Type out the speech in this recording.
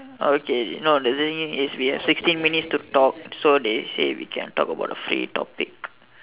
okay no the thing is we have sixteen minutes so they say we talk about a free topic